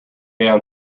down